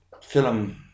film